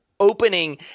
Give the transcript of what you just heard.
opening